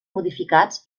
modificats